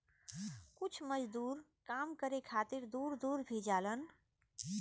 कुछ मजदूर काम करे खातिर दूर दूर भी जालन